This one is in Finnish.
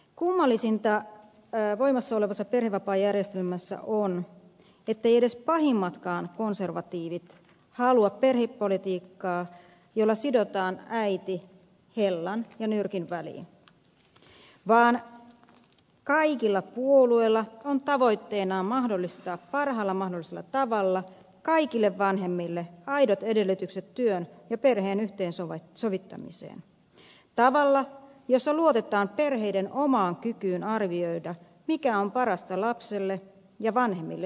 kummallisinta voimassa olevassa perhevapaajärjestelmässä on etteivät edes pahimmatkaan konservatiivit halua perhepolitiikkaa jolla sidotaan äiti hellan ja nyrkin väliin vaan kaikilla puolueilla on tavoitteenaan mahdollistaa parhaalla mahdollisella tavalla kaikille vanhemmille aidot edellytykset työn ja perheen yhteensovittamiseen tavalla jossa luotetaan perheiden omaan kykyyn arvioida mikä on parasta lapselle ja vanhemmille itselleen